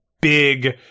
big